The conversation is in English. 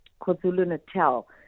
KwaZulu-Natal